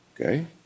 Okay